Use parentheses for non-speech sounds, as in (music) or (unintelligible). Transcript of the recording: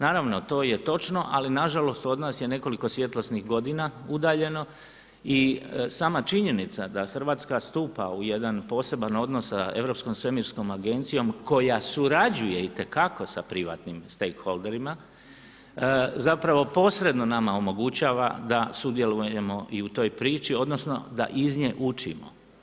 Naravno, to je točno, ali nažalost od nas je nekoliko svjetlosnih godina udaljeno i sama činjenica da RH stupa u jedan poseban odnos sa Europskom svemirskom agencijom koja surađuje itekako sa privatnih ... (unintelligible) holderima, zapravo posredno nama omogućava da sudjelujemo i u toj priči odnosno da iz nje učimo.